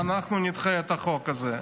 ואנחנו נדחה את החוק הזה.